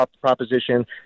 proposition